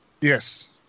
Yes